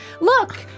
Look